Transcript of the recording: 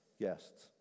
Guests